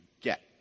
get